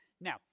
now